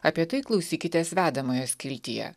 apie tai klausykitės vedamojo skiltyje